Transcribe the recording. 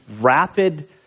rapid